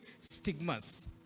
stigmas